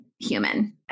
human